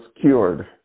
cured